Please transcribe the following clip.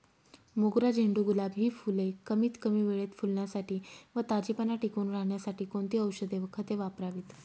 मोगरा, झेंडू, गुलाब हि फूले कमीत कमी वेळेत फुलण्यासाठी व ताजेपणा टिकून राहण्यासाठी कोणती औषधे व खते वापरावीत?